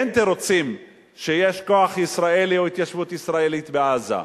אין תירוצים שיש כוח ישראלי או התיישבות ישראלית בעזה.